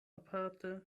aparte